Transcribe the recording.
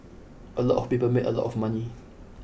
a lot of people made a lot of money